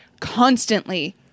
constantly